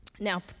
Now